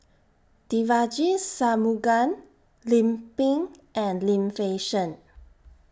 Devagi Sanmugam Lim Pin and Lim Fei Shen